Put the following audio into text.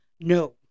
No